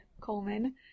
coleman